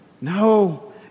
No